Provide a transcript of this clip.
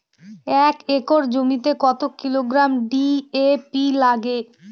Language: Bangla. এক একর জমিতে কত কিলোগ্রাম ডি.এ.পি লাগে?